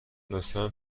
لطفا